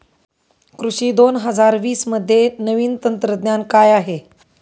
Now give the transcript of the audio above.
कृषी दोन हजार वीसमध्ये नवीन तंत्रज्ञान काय आहे?